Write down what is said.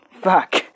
fuck